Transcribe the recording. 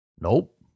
Nope